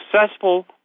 successful